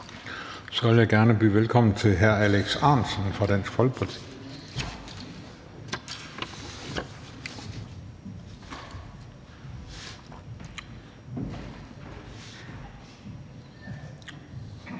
Så vil jeg gerne byde velkommen til hr. Alex Ahrendtsen fra Dansk Folkeparti.